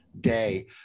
day